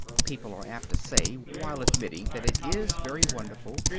people are apt to say, while admitting that it is very wonderful,